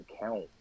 count